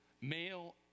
Male